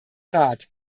rat